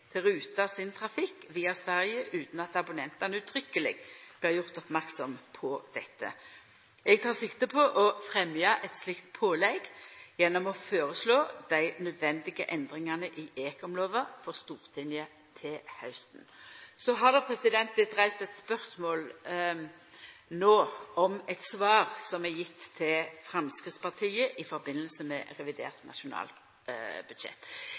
å ruta sin trafikk via Sverige utan at abonnentane uttrykkeleg blir gjorde merksame på dette. Eg tek sikte på å fremja eit slikt pålegg gjennom å føreslå dei naudsynte endringane i ekomlova for Stortinget til hausten. Så har det vorte reist eit spørsmål no om eit svar som er gjeve til Framstegspartiet i samband med revidert nasjonalbudsjett.